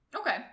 Okay